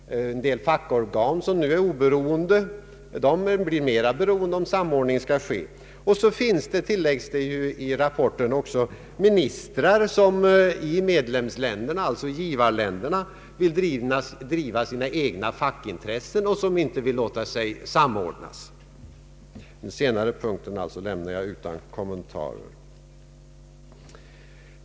En del fackorgan, som nu är oberoende, blir mer beroende om en samordning skall ske. Det tilläggs också i rapporten att det finns ministrar i givarländerna som vill driva sina egna fackintressen och som inte vill låta sig samordnas. Den punkten lämnar jag utan kommentar.